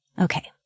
Okay